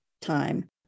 time